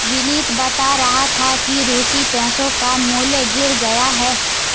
विनीत बता रहा था कि रूसी पैसों का मूल्य गिर गया है